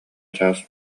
чаас